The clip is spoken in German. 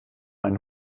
einen